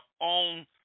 own